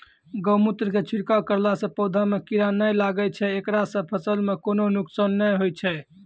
गोमुत्र के छिड़काव करला से पौधा मे कीड़ा नैय लागै छै ऐकरा से फसल मे कोनो नुकसान नैय होय छै?